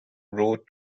road